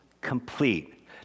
complete